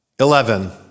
Eleven